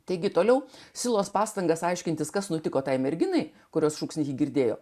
taigi toliau sielos pastangas aiškintis kas nutiko tai merginai kurios šūksnį ji girdėjo